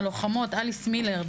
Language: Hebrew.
אליס מילר,